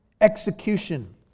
Execution